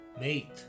mate